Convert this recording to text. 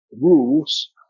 rules